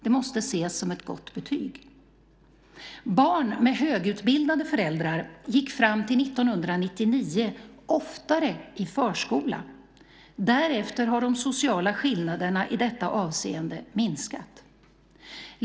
Det måste ses som ett gott betyg. Barn med högutbildade föräldrar gick fram till 1999 oftare i förskola; därefter har de sociala skillnaderna i detta avseende minskat.